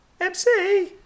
MC